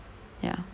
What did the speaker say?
ya